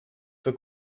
for